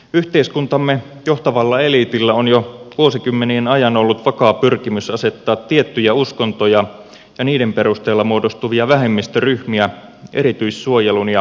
yhteiskuntamme johtavalla eliitillä on jo vuosikymmenien ajan ollut vakaa pyrkimys asettaa tiettyjä uskontoja ja niiden perusteella muodostuvia vähemmistöryhmiä erityissuojelun ja suosinnan kohteeksi